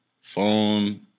Phone